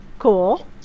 Cool